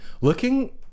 looking